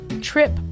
trip